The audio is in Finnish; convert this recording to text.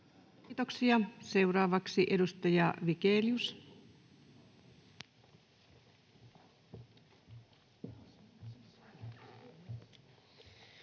Kiitoksia. — Seuraavaksi edustaja Vigelius.